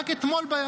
רק אתמול,